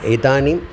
एतानि